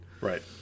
Right